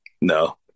no